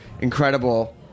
Incredible